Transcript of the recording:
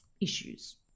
issues